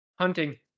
Hunting